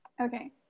Okay